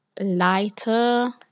lighter